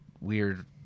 weird